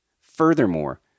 Furthermore